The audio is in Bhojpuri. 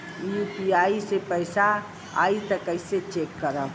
यू.पी.आई से पैसा आई त कइसे चेक करब?